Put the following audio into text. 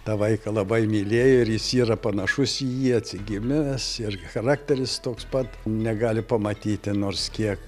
tą vaiką labai mylėjo ir jis yra panašus į jį atsigimęs ir charakteris toks pat negali pamatyti nors kiek